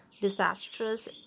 disastrous